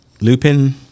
Lupin